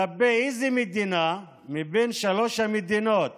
כלפי איזו מדינה מבין שלוש המדינות